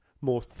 more